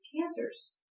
cancers